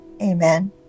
Amen